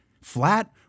flat